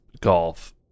Golf